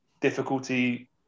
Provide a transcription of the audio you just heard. difficulty